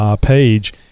page